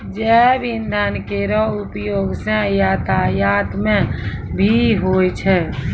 जैव इंधन केरो उपयोग सँ यातायात म भी होय छै